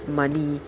money